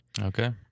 Okay